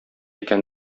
икән